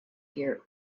here